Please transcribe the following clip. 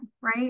right